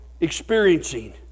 experiencing